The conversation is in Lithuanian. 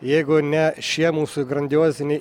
jeigu ne šie mūsų grandioziniai